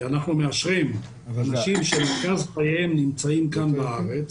אנחנו מאשרים אנשים שמרכז חייהם בארץ,